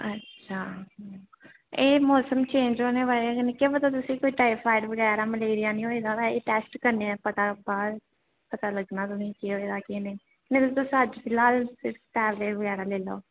अच्छा एह् मौसम चेंज होने बजह कन्नै केह् पता तुसेंगी कोई टाइफाइड बगैरा मलेरिया नि होई दा होवे एह् टेस्ट करने दे पता बाद पता लग्गना तुसेंगी केह् होए दा केह् नेईं ते नेईं तां तुस अज्ज ते फिलहाल टेबलेट बगैरा लेई लैओ